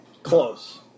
Close